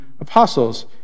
apostles